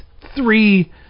three